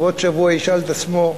ובעוד שבוע ישאל את עצמו: